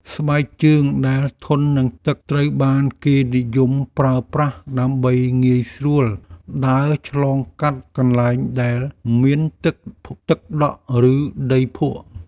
ស្បែកជើងដែលធន់នឹងទឹកត្រូវបានគេនិយមប្រើប្រាស់ដើម្បីងាយស្រួលដើរឆ្លងកាត់កន្លែងដែលមានទឹកដក់ ឬដីភក់។